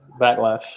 backlash